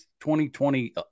2020